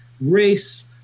race